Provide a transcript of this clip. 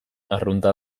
arrunta